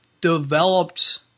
developed